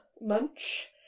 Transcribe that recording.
Munch